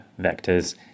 vectors